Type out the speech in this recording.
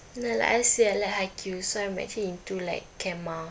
mm like I said I like haikyu so I'm actually into like kenma